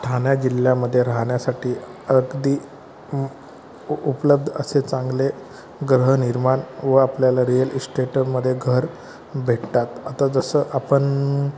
ठाण्या जिल्ह्यामध्ये राहण्यासाठी अगदी उ उपलब्ध असे चांगले गृहनिर्माण व आपल्याला रिअल इस्टेटमध्ये घर भेटतात आता जसं आपण